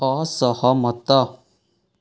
ଅସହମତ